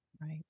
right